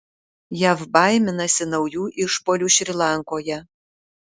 jav baiminasi naujų išpuolių šri lankoje